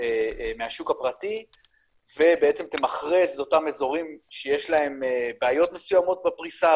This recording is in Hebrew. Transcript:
בטח במקומות שיש בהם קשיים בפריסה,